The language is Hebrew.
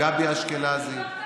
הם לא רצו את גבי אשכנזי,